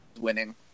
winning